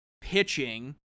pitching